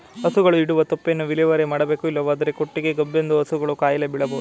ಹಸುಗಳು ಇಡುವ ತೊಪ್ಪೆಯನ್ನು ವಿಲೇವಾರಿ ಮಾಡಬೇಕು ಇಲ್ಲವಾದರೆ ಕೊಟ್ಟಿಗೆ ಗಬ್ಬೆದ್ದು ಹಸುಗಳು ಕಾಯಿಲೆ ಬೀಳಬೋದು